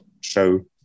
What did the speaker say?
show